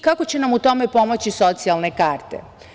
Kako će nam u tome pomoći socijalne karte?